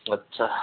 আচ্ছা